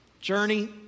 journey